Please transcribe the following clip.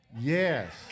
Yes